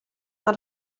mae